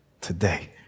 today